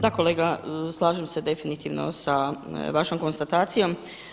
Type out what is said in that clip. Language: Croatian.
Da kolega, slažem se definitivno sa vašom konstatacijom.